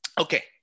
okay